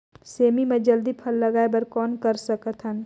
सेमी म जल्दी फल लगाय बर कौन कर सकत हन?